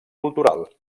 cultural